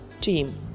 team